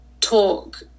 talk